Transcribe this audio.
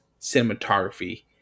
cinematography